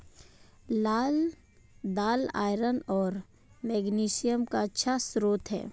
लाल दालआयरन और मैग्नीशियम का अच्छा स्रोत है